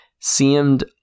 seemed